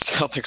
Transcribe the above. Celtics